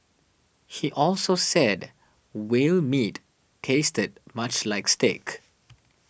he also said whale meat tasted much like steak